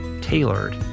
tailored